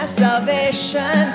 salvation